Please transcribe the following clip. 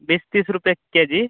बीस तीस रुपये के जी